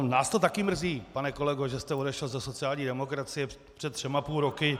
Nás to také mrzí, pane kolego, že jste odešel ze sociální demokracie před třemi a půl roky.